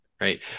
Right